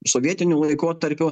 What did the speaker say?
sovietiniu laikotarpiu